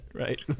right